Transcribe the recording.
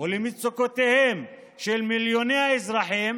ולמצוקותיהם של מיליוני האזרחים,